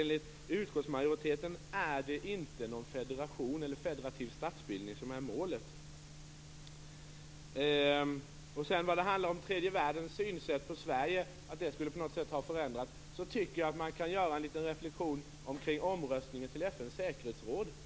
Enligt utskottsmajoriteten är det inte någon federation eller någon federativ statsbildning som är målet. Birgitta Hambraeus menar också att tredje världens syn på Sverige skulle ha förändrats. I det sammanhanget skulle man kunna göra en liten reflexion kring omröstningen till FN:s säkerhetsråd.